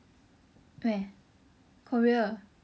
where Korea